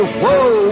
whoa